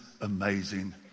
amazing